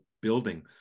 building